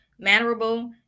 mannerable